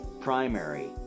primary